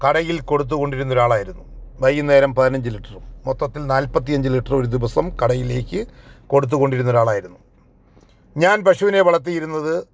കടയിൽ കൊടുത്തുകൊണ്ടിരുന്ന ഒരാളായിരുന്നു വൈകുന്നേരം പതിനഞ്ച് ലിറ്ററും മൊത്തത്തിൽ നാല്പത്തിയഞ്ച് ലിറ്റർ ഒരു ദിവസം കടയിലേക്ക് കൊടുത്തുകൊണ്ടിരുന്ന ഒരു ആളായിരുന്നു ഞാൻ പശുവിനെ വളർത്തിയിരുന്നത്